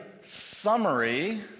summary